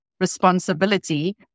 responsibility